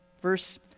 verse